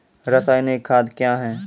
रसायनिक खाद कया हैं?